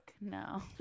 no